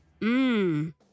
Mmm